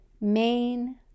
main